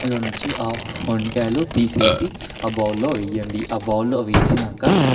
అందులో నుంచి ఆ వంకాయలు తీసేసి ఆ బౌల్లో వేయండి ఆ బౌల్లో వేసాక